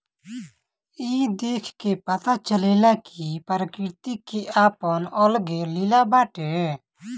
ई देख के पता चलेला कि प्रकृति के आपन अलगे लीला बाटे